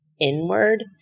inward